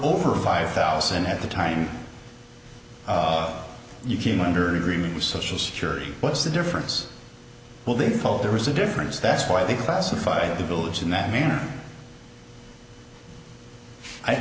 over five thousand at the time you came under an agreement with social security what's the difference well they thought there was a difference that's why they classified the village in that manner i